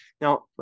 Now